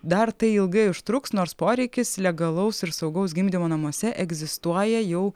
dar tai ilgai užtruks nors poreikis legalaus ir saugaus gimdymo namuose egzistuoja jau